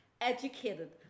educated